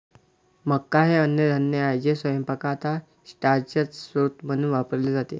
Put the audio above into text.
मका हे अन्नधान्य आहे जे स्वयंपाकात स्टार्चचा स्रोत म्हणून वापरले जाते